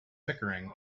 pickering